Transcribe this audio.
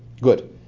Good